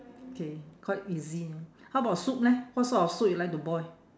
K quite easy ah how about soup leh what sort of soup you like to boil